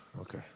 Okay